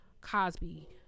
Cosby